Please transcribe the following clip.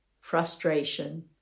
frustration